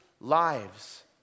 lives